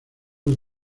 los